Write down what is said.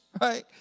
right